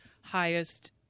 highest